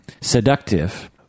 seductive